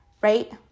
right